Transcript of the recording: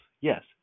yes